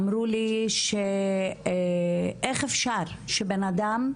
אמרו לי איך אפשר שבן אדם,